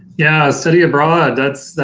yeah, study abroad that's,